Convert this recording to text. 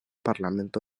parlamento